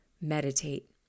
meditate